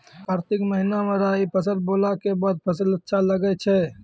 कार्तिक महीना मे राई फसल बोलऽ के बाद फसल अच्छा लगे छै